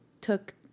took